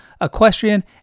equestrian